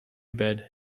bed